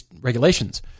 regulations